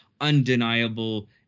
undeniable